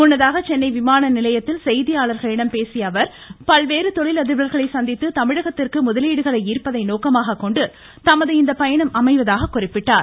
முன்னதாக சென்னை விமான நிலையத்தில் செய்தியாளர்களிடம் பேசிய அவர் பல்வேறு தொழிலதிபர்களை சந்தித்து தமிழகத்திற்கு முதலீடுகளை ஈர்ப்பதை நோக்கமாக கொண்டு தமது இந்த பயணம் அமைவதாக குறிப்பிட்டார்